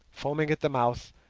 foaming at the mouth,